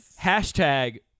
hashtag